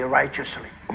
righteously